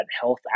health